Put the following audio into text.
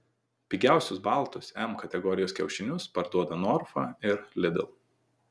pigiausius baltus m kategorijos kiaušinius parduoda norfa ir lidl